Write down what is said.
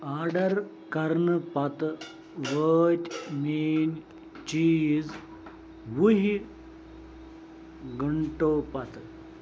order کرنہٕ پتہٕ وٲتۍ میٛٲنۍ چیٖز وُہہِ گھنٹو پتہٕ